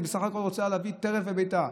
היא בסך הכול רוצה להביא טרף לביתה,